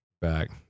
Back